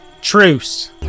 Truce